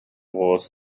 wars